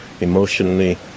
emotionally